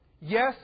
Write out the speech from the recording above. Yes